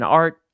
art